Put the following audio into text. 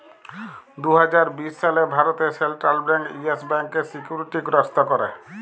দু হাজার বিশ সালে ভারতে সেলট্রাল ব্যাংক ইয়েস ব্যাংকের সিকিউরিটি গ্রস্ত ক্যরে